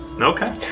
Okay